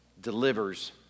delivers